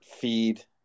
feed